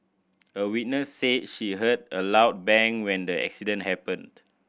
a witness said she heard a loud bang when the accident happened